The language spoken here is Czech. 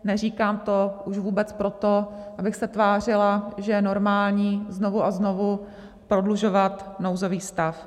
Neříkám to už vůbec proto, abych se tvářila, že je normální znovu a znovu prodlužovat nouzový stav.